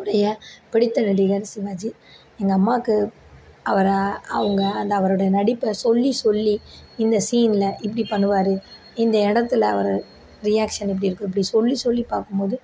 உடைய பிடித்த நடிகர் சிவாஜி எங்கள் அம்மாவுக்கு அவரை அவங்க அந்த அவரோட நடிப்பை சொல்லி சொல்லி இந்த சீனில் இப்படி பண்ணுவார் இந்த இடத்துல அவர் ரியாக்ஷன் இப்படி இருக்கும் இப்படி சொல்லி சொல்லி பார்க்கும்போது